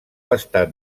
estat